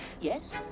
Yes